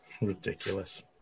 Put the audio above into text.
Ridiculous